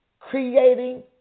Creating